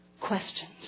questions